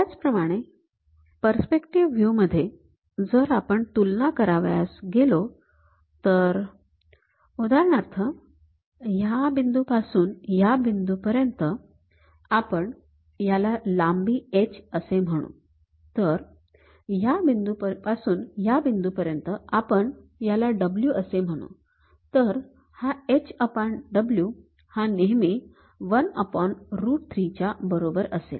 त्याचप्रमाणे perspective view मध्ये जर आपण तुलना करावयास गेलो तर उदाहरणार्थ या बिंदूपासून या बिंदूपर्यंत आपण याला लांबी h असे म्हणू तर या बिंदूपासून या बिंदूपर्यंत आपण याला w से म्हणू तर h w हा नेहमी १ रूट ३ च्या बरोबर असेल